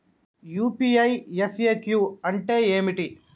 UPI FAQ అంటే ఏమిటి?